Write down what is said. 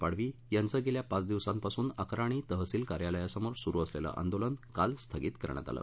पाडवी यांचं गेल्या पाच दिवसांपासून अक्राणी तहसील कार्यालया समोर सुरु असलेलं आंदोलन काल स्थगित करण्यात आलं